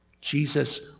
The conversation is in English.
Jesus